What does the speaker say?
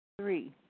Three